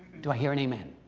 do i hear an amen?